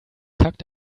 tucked